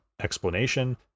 explanation